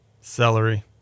Celery